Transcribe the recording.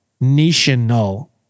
national